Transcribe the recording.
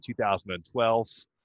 2012